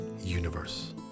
Universe